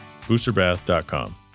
BoosterBath.com